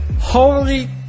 Holy